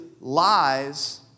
lies